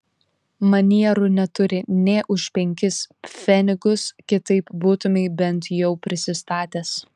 manierų neturi nė už penkis pfenigus kitaip būtumei bent jau prisistatęs